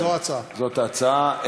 זו ההצעה.